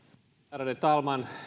ärade talman